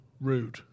Rude